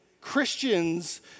Christians